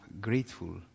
grateful